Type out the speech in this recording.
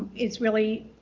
is really